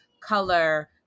color